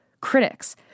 critics